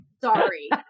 Sorry